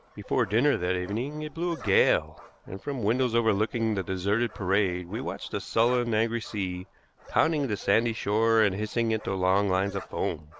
before dinner that evening it blew a gale, and from windows overlooking the deserted parade we watched a sullen, angry sea pounding the sandy shore and hissing into long lines of foam,